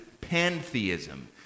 pantheism